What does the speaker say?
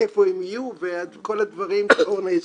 איפה הם יהיו וכל הדברים שארנה הזכירה.